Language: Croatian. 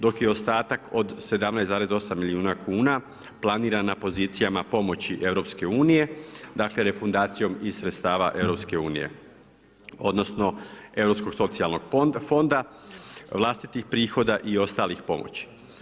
Dok je ostatak od 17,8 milijuna kuna planiran na pozicijama pomoći EU, dakle refundacijom iz sredstava EU, odnosno Europskog socijalnog fonda, vlastitih prihoda i ostalih pomoći.